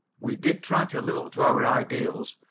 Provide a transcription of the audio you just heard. we did try to live up to our ideals,